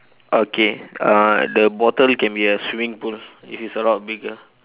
okay uh the bottle can be a swimming pool if it's a lot bigger